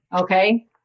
okay